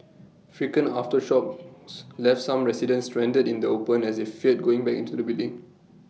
frequent aftershocks left some residents stranded in the open as they feared going back into the buildings